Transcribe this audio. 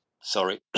Sorry